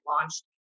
launched